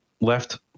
left